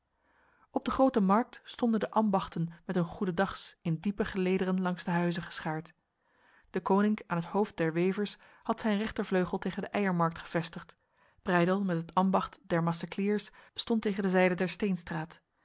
op de grote markt stonden de ambachten met hun goedendags in diepe gelederen langs de huizen geschaard deconinck aan het hoofd der wevers had zijn rechtervleugel tegen de eiermarkt gevestigd breydel met het ambacht der macecliers stond tegen de zijde der